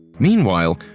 Meanwhile